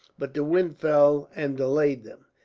but the wind fell and delayed them.